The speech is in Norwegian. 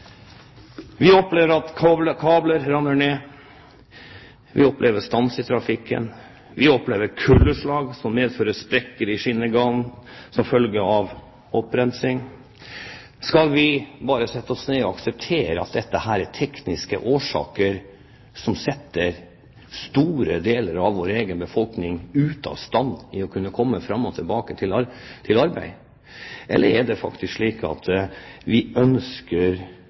Vi opplever at kabler ramler ned, vi opplever stans i trafikken, vi opplever kuldeslag som medfører sprekker i skinnegangen som følge av opprensing. Skal vi bare sette oss ned og akseptere at dette er tekniske årsaker, som setter store deler av vår egen befolkning ute av stand til å kunne komme fram og tilbake til arbeid? Eller er det faktisk slik at vi ønsker